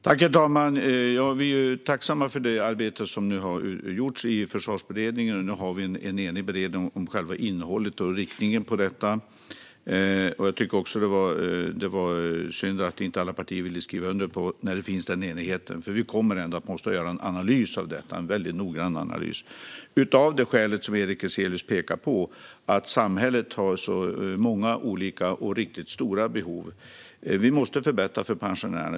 Herr talman! Vi är tacksamma för det arbete som nu har gjorts i Försvarsberedningen. Nu har vi en enig beredning i fråga om själva innehållet och riktningen på detta. Jag tycker också att det var synd att inte alla partier ville skriva under, när den här enigheten finns. Vi kommer nämligen ändå att behöva göra en väldigt noggrann analys av detta. Det behöver vi göra av det skäl som Erik Ezelius pekar på, nämligen att samhället har många olika och riktigt stora behov. Vi måste förbättra för pensionärerna.